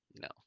no